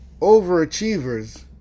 overachievers